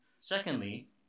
Secondly